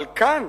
אבל כאן,